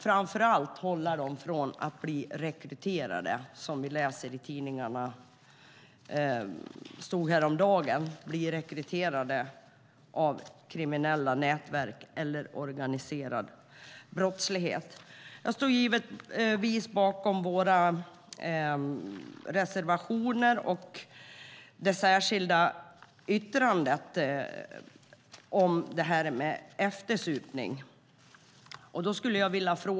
Framför allt måste vi förhindra att de blir rekryterade till kriminella nätverk eller organiserad brottslighet, som det stod om i tidningen häromdagen. Jag står givetvis bakom våra reservationer och det särskilda yttrandet om eftersupning.